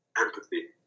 empathy